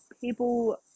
people